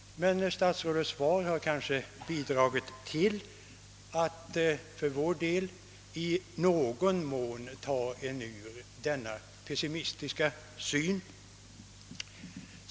Men statsrådets svar har kanske bidragit till att i någon mån ta oss ur denna pessimistiska inställning.